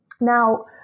Now